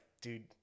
dude